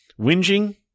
whinging